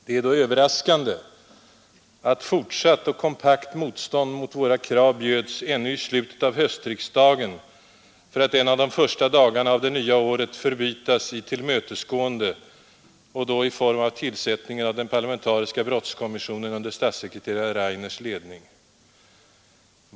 Det är därför överraskande att fortsatt och kompakt motstånd mot våra krav bjöds ännu i slutet av höstriksdagen för att en av de första dagarna av det nya året förbytas i tillmötesgående och då i form av tillsättningen av den parlamentariska brottskommissionen under statssekreterare Rainers ledning.